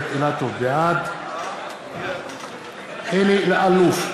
בעד אלי אלאלוף,